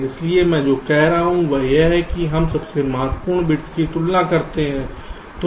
इसलिए मैं जो कह रहा हूं वह यह है कि हम सबसे महत्वपूर्ण बिट्स की तुलना करते हैं